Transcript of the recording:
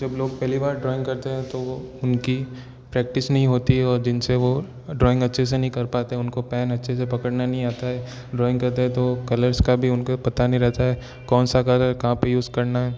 जब लोग पहली बार ड्रॉइंग करते है तो वो उनकी प्रैक्टिस नहीं होती और जिनसे वो ड्रॉइंग अच्छे से नहीं कर पाते उनको पेन अच्छे से पकड़ना नहीं आता है ड्रॉइंग करते है तो कलर्स का भी उनको पता नहीं रहता है कौन सा कलर कहा पर यूज़ करना है